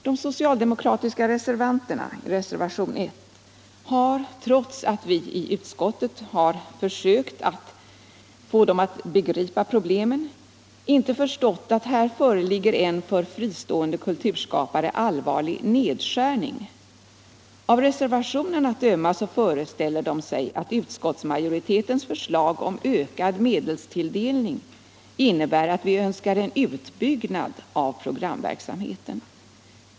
De socialdemokratiska reservanterna — det gäller reservationen 1 — har, trots att vi i utskottet försökt få dem att begripa problemen, inte förstått att här föreligger en för fristående kulturskapare allvarlig nedskärning. Av reservationen att döma föreställer de sig att utskottsmajoriterens förslag om ökad medelstilldelning innebär att vi önskar en utbyggnad av programverksamheten.